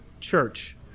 church